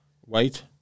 white